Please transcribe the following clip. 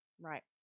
right